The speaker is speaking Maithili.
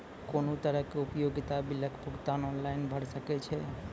कुनू तरहक उपयोगिता बिलक भुगतान ऑनलाइन भऽ सकैत छै?